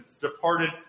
departed